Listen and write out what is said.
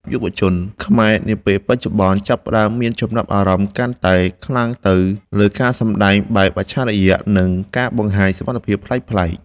យុវជនខ្មែរនាពេលបច្ចុប្បន្នចាប់ផ្តើមមានចំណាប់អារម្មណ៍កាន់តែខ្លាំងទៅលើការសម្តែងបែបអច្ឆរិយៈ និង ការបង្ហាញសមត្ថភាពប្លែកៗ។